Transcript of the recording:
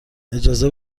اجازه